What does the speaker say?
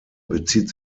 bezieht